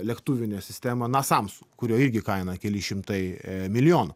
lėktuvine sistema nasamsu kurio irgi kaina keli šimtai milijonų